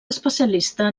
especialista